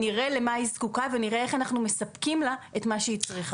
נראה למה היא זקוקה ונראה איך אנחנו מספקים לה את מה שהיא צריכה.